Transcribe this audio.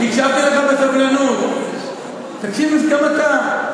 הקשבתי לך בסבלנות, תקשיב לי גם אתה.